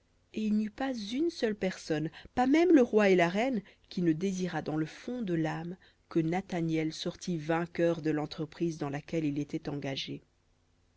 et il eut pas une seule personne pas même le roi et la reine qui ne désirât dans le fond de l'âme que nathaniel sortît vainqueur de l'entreprise dans laquelle il était engagé